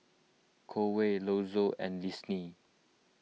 Conway Lonzo and Lynsey